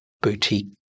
boutique